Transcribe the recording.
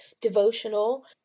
devotional